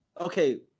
okay